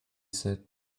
said